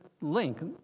link